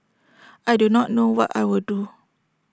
I do not know what I will do